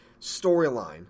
storyline